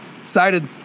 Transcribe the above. excited